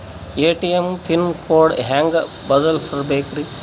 ATM pin code ಹೆಂಗ್ ಬದಲ್ಸ್ಬೇಕ್ರಿ?